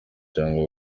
cyangwa